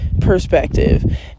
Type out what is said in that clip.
perspective